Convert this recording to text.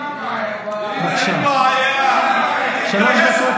עיסאווי פריג' התעורר.